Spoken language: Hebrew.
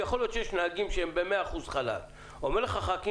יכול להיות שיש נהגים שהם ב-100 אחוזים חל"ת - שחלק